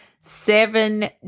seven